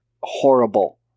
horrible